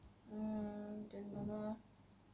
ah then don't know lah